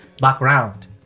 Background